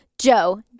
Joe